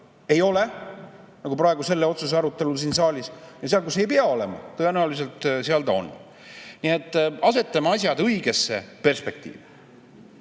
ei ole, nagu praegu selle otsuse arutelul siin saalis, ja seal, kus ei pea olema, tõenäoliselt seal ta on. Asetame asjad õigesse perspektiivi.